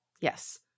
Yes